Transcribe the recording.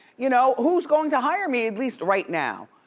you know who's going to hire me, at least right now.